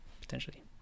potentially